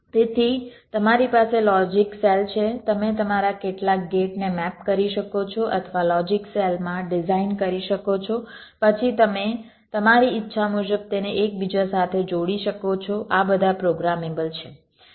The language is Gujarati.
તેથી તમારી પાસે લોજિક સેલ છે તમે તમારા કેટલાક ગેટને મેપ કરી શકો છો અથવા લોજિક સેલમાં ડિઝાઇન કરી શકો છો પછી તમે તમારી ઇચ્છા મુજબ તેને એકબીજા સાથે જોડી શકો છો આ બધા પ્રોગ્રામેબલ છે